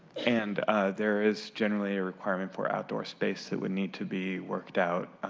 and there is generally a requirement for outdoor space that would need to be worked out,